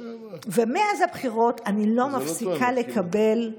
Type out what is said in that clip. ומאז הבחירות אני לא מפסיקה לקבל,